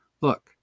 Look